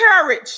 courage